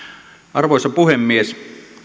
arvoisa puhemies